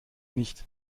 nicht